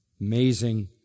Amazing